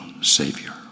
Savior